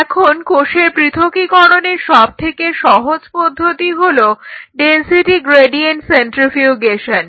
এখন কোষের পৃথকীকরণের সবথেকে সহজ পদ্ধতি হলো ডেনসিটি গ্রেডিয়েন্ট সেন্ট্রিফিউগেশন